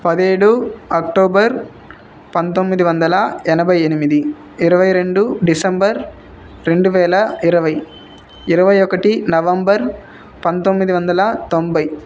పదిహేడు అక్టోబర్ పంతొమ్మిది వందల ఎనభై ఎనిమిది ఇరవై రెండు డిసెంబర్ రెండు వేల ఇరవై ఇరవై ఒకటి నవంబర్ పంతొమ్మిది వందల తొంబై